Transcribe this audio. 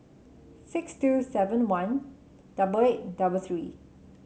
six two seven one double eight double three